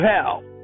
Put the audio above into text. hell